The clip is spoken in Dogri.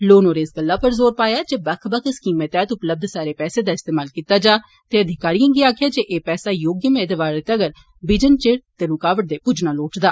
लोन होरें इस गल्ला उप्पर जोर पाया जे बक्ख बक्ख स्कीमें तैहत उपलब्ध सारे पैसे दा इस्तेमाल कीता जा ते अधिकारिए गी आक्खेआ जे एह् पैसा योग्य मेदवारें तक्कर बिजन चिर ते रुकावट दे पुज्जना लोड़चदा